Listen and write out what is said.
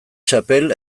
txapel